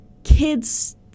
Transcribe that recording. Kids